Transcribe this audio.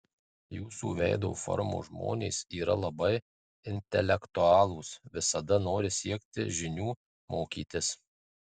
jūsų veido formos žmonės yra labai intelektualūs visada nori siekti žinių mokytis